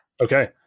Okay